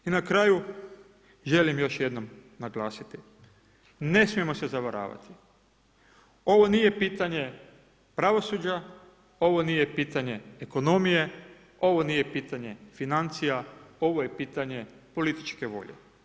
I na kraju želim još jednom naglasiti, ne smijemo se zavaravati, ovo nije pitanje pravosuđa, ovo nije pitanje ekonomije, ovo nije pitanje financija ovo je pitanje političke volje.